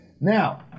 Now